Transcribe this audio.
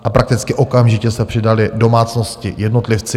A prakticky okamžitě se přidaly domácnosti a jednotlivci.